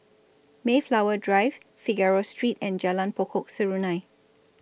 Mayflower Drive Figaro Street and Jalan Pokok Serunai